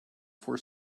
for